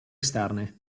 esterne